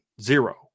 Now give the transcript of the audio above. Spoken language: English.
zero